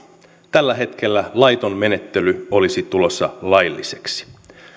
tällä hetkellä laiton menettely olisi tulossa lailliseksi